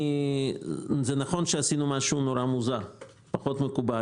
זה נכון שעשינו משהו נורא מוזר ופחות מקובל.